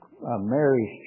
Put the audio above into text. Mary's